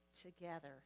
together